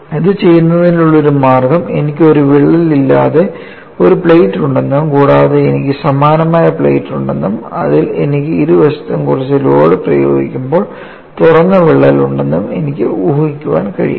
ഇത് ചെയ്യുന്നതിനുള്ള ഒരു മാർഗ്ഗം എനിക്ക് ഒരു വിള്ളൽ ഇല്ലാതെ ഒരു പ്ലേറ്റ് ഉണ്ടെന്നും കൂടാതെ എനിക്ക് സമാനമായ ഒരു പ്ലേറ്റ് ഉണ്ടെന്നും അതിൽ എനിക്ക് ഇരുവശത്തും കുറച്ച് ലോഡ് പ്രയോഗിക്കുമ്പോൾ തുറക്കുന്ന വിള്ളൽ ഉണ്ടെന്നും എനിക്ക് ഊഹിക്കാൻ ആകും